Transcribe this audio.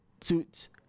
Suits